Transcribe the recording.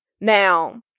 Now